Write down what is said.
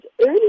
early